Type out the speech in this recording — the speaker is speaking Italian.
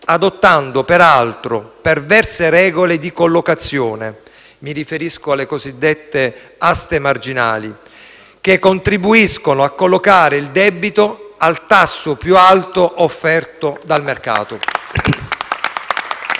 adottando, peraltro, perverse regole di collocazione - mi riferisco alle cosiddette aste marginali - che contribuiscono a collocare il debito al tasso più alto offerto dal mercato.